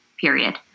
period